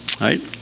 right